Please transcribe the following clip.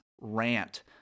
rant